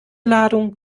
ladung